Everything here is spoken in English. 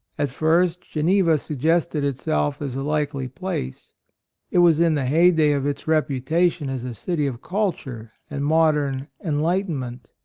at first geneva suggested itself as a likely place it was in the heyday of its reputation as a city of culture and modern enlightenment.